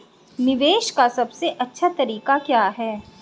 निवेश का सबसे अच्छा तरीका क्या है?